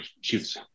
shoots